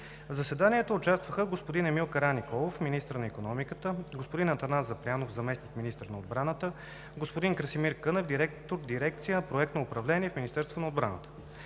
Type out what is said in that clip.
В заседанието участваха: господин Емил Караниколов – министър на икономиката; господин Атанас Запрянов – заместник-министър на отбраната; и господин Красимир Кънев – директор на дирекция „Проектно управление“ в МО. Проектът на закон за